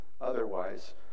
otherwise